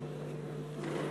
אוקיי.